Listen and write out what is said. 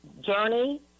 journey